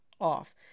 off